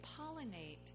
pollinate